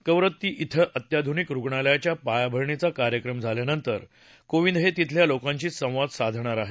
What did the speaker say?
कवरत्ती इथं अत्याधुनिक रुग्णालयाच्या पायाभरणीचा कार्यक्रम झाल्यानंतर कोविंद हे तिथल्या लोकांशी संवाद साधणार आहेत